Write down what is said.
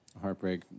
heartbreak